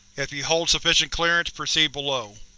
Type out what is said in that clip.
if you hold sufficient clearance, proceed below.